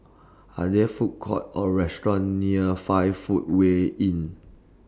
Are There Food Courts Or restaurants near five Footway Inn